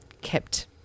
kept